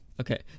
okay